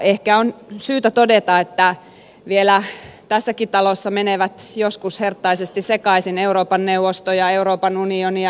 ehkä on syytä todeta että vielä tässäkin talossa menevät joskus herttaisesti sekaisin euroopan neuvosto ja euroopan unioni ja eurooppa neuvosto